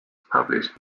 published